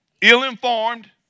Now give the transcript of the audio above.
ill-informed